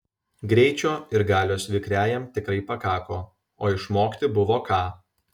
greičio ir galios vikriajam tikrai pakako o išmokti buvo ką